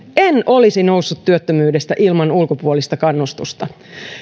en olisi noussut työttömyydestä ilman ulkopuolista kannustusta